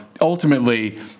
ultimately